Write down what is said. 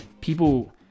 people